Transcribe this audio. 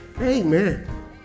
amen